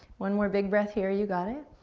one more big breath here, you got it,